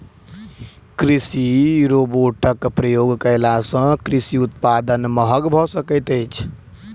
कृषि रोबोटक प्रयोग कयला सॅ कृषि उत्पाद महग भ सकैत अछि